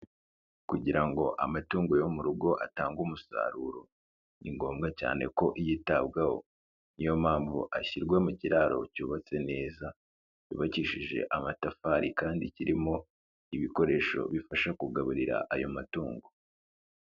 Kugira ngo amatungo yo mu rugo atange umusaruro, ni ngombwa cyane ko yitabwaho ni yo mpamvu ashyirwa mu kiraro cyubatse neza cyubakishije amatafari kandi kirimo ibikoresho bifasha kugaburira ayo matungo.